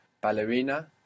ballerina